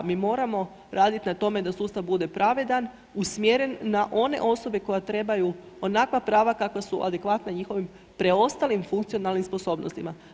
Mi moramo raditi na tome da sustav bude pravedan, usmjeren na one osobe koje trebaju onakva prava kakva su adekvatna njihovim preostalim funkcionalnim sposobnostima.